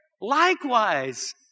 likewise